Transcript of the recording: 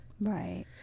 Right